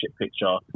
picture